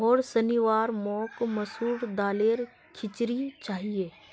होर शनिवार मोक मसूर दालेर खिचड़ी चाहिए